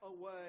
away